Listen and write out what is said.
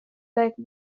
like